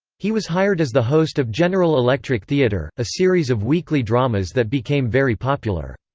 he was hired as the host of general electric theater, a series of weekly dramas that became very popular.